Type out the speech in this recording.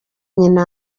nyina